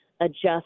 adjust